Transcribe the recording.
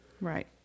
Right